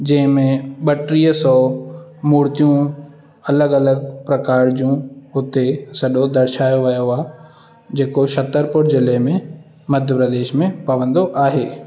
जंहिंमें ॿटीह सौ मूर्तियूं अलॻि अलॻि प्रकार जूं हुते सॼो दर्शायो वियो आहे जेके छत्तरपुर जिले में मध्य प्रदेश में पवंदो आहे